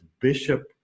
Bishop